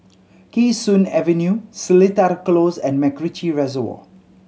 Kee Sun Avenue Seletar Close and MacRitchie Reservoir